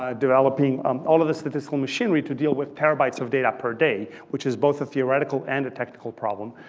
ah developing um all of the statistical machinery to deal with terabytes of data per day, which is both a theoretical and a technical problem.